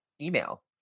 email